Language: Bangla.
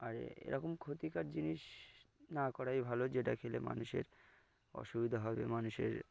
আর এরকম ক্ষতিকর জিনিস না করাই ভালো যেটা খেলে মানুষের অসুবিধা হবে মানুষের